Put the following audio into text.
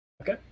Okay